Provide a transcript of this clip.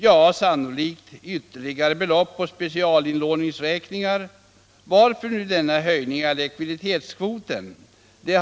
Ja, sannolikt blir följden insättning av ytterligare belopp på specialinlåningsräkningar. Varför nu denna höjning av likviditetskvoterna?